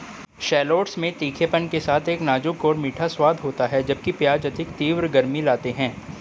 shallots में तीखेपन के साथ एक नाजुक और मीठा स्वाद होता है, जबकि प्याज अधिक तीव्र गर्मी लाते हैं